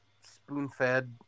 spoon-fed